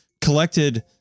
collected